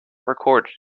recorded